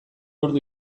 ordu